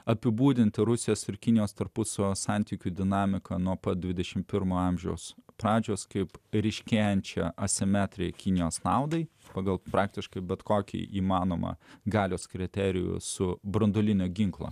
apibūdinti rusijos ir kinijos tarpusavio santykių dinamiką nuo pat dvidešimt pirmo amžiaus pradžios kaip ryškėjančią asimetriją kinijos naudai pagal praktiškai bet kokį įmanomą galios kriterijų su branduolinio ginklo